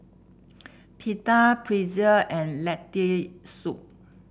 Pita Pretzel and Lentil Soup